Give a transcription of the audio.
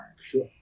Sure